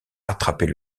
attraper